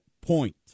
point